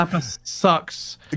Sucks